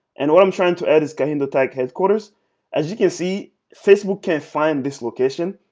and what i'm trying to add is kahindotech. headquarters as you can see facebook can't find this location.